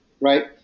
right